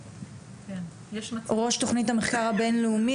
ראש תוכנית המחקר הבינלאומי,